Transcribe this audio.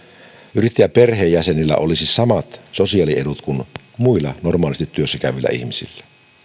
yrittäjän perheenjäsenillä olisi samat sosiaaliedut kuin muilla normaalisti työssä käyvillä ihmisillä ja